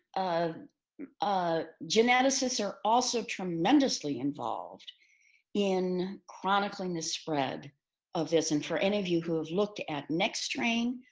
um ah geneticists are also tremendously involved in chronicling this spread of this. and for any of you who have looked at nexttrain,